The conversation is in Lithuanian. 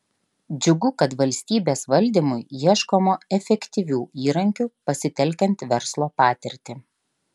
džiugu kad valstybės valdymui ieškoma efektyvių įrankių pasitelkiant verslo patirtį